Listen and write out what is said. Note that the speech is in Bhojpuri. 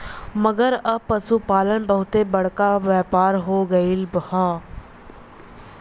मगर अब पसुपालन बहुते बड़का व्यापार हो गएल हौ